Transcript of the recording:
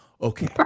Okay